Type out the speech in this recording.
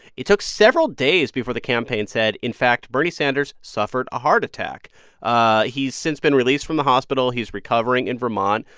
it took several days before the campaign said, in fact, bernie sanders suffered a heart attack ah he's since been released from the hospital. he's recovering in vermont.